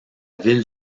ville